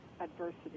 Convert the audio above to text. adversity